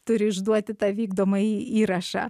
turi išduoti tą vykdomąjį įrašą